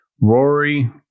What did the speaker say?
Rory